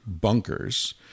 bunkers